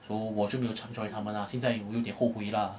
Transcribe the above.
so 我就没有想 join 他们啦现在我有点后悔啦